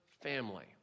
family